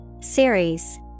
Series